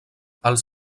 els